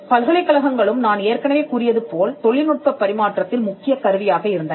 பல்கலைக்கழகங்களும் நான் ஏற்கனவே கூறியது போல் தொழில்நுட்பப் பரிமாற்றத்தில் முக்கியக் கருவியாக இருந்தன